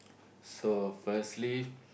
so firstly